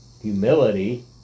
humility